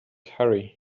hurry